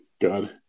god